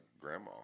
Grandma